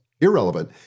irrelevant